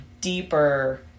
deeper